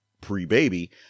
pre-baby